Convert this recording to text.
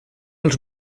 els